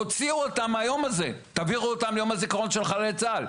תוציאו אותם היום הזה ותביאו אותם ליום הזיכרון של חללי צה"ל,